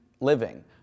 living